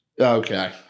Okay